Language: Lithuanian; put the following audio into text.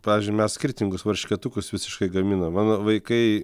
pavyzdžiui mes skirtingus varškėtukus visiškai gaminam mano vaikai